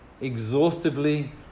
exhaustively